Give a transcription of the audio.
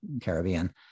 Caribbean